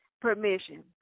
permission